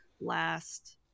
last